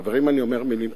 חברים, אני אומר מלים קשות,